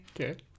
Okay